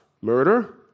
murder